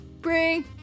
bring